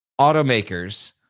automakers